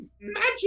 magic